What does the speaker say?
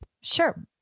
Sure